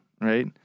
right